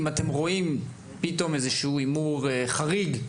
רואים פתאום איזשהו הימור חריג.